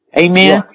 Amen